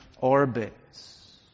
orbits